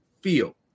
feel